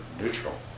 neutral